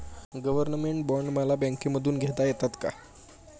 Government bond मला बँकेमधून घेता येतात का?